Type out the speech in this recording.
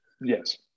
Yes